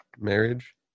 marriage